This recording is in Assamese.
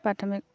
প্ৰাথমিক